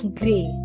grey